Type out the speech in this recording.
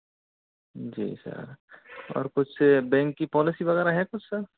जी sir और कुछ bank की पॉलिसी वगैरा है कुछ सर